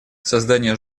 создание